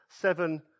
seven